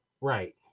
Right